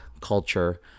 Culture